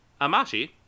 Amashi